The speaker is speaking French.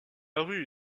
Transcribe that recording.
rue